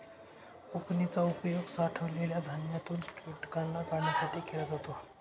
उफणनी चा उपयोग साठवलेल्या धान्यातून कीटकांना काढण्यासाठी केला जातो